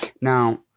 Now